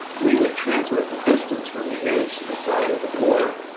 we would transfer the distance from the edge to the side of the door,